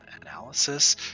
analysis